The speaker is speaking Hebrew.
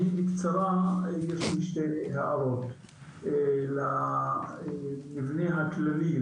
בקצרה יש לי שתי הערות למבנה הכללי,